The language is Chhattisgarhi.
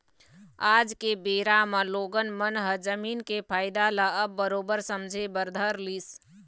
आज के बेरा म लोगन मन ह जमीन के फायदा ल अब बरोबर समझे बर धर लिस